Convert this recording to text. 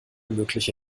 mögliche